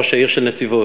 ראש העיר של נתיבות.